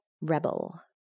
rebel